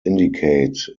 indicate